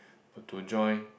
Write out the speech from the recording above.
but to join